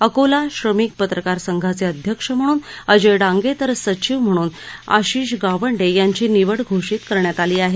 अकोला श्रमिक पत्रकार संघाचे अध्यक्ष म्हणून अजय डांगे तर सचीव म्हणून आशीष गावंडे यांची निवड घोषित करण्यात आली आहे